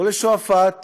לא לשועפאט